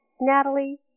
Natalie